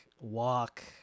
Walk